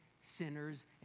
sinners